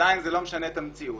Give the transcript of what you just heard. עדיין זה לא משנה את המציאות.